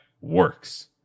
works